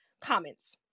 comments